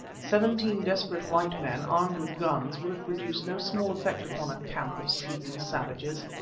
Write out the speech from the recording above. seventeen desperate white men, armed with guns, would have produced no small effect upon a camp of sleeping savages.